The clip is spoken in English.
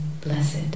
blessed